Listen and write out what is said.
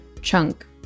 Chunk